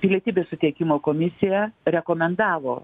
pilietybės suteikimo komisija rekomendavo